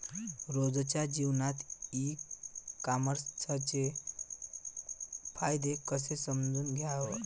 रोजच्या जीवनात ई कामर्सचे फायदे कसे समजून घ्याव?